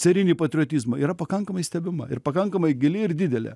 carinį patriotizmą yra pakankamai stebima ir pakankamai gili ir didelė